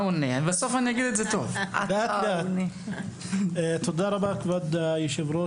תודה כבוד היושב-ראש,